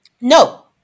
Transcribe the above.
No